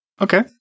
Okay